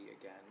again